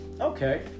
Okay